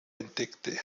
entdeckte